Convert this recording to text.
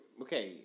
Okay